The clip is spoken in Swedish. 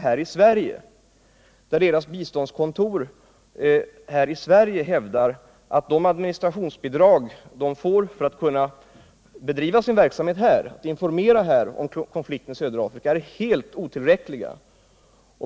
Deras informationskontor här i Sverige hävdar att de administrationsbidrag de får för att kunna bedriva sin verksamhet härifrån med information om konflikten i södra Afrika är helt otillräckliga.